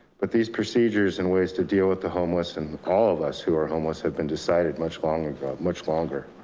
but these procedures and ways to deal with the homeless and all of us who are homeless have been decided much long ago and much longer.